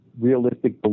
realistic